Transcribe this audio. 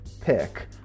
pick